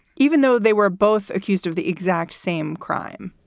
even though they were both accused of the exact same crime.